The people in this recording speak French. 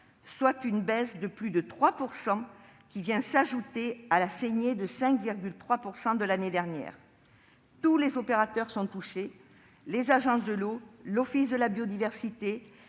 soit une baisse de plus de 3 % qui vient s'ajouter à la saignée de 5,3 % de l'année dernière. Tous les opérateurs sont touchés : les agences de l'eau, l'Office de la biodiversité,